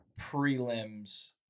prelims